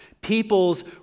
people's